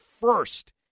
first